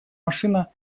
машина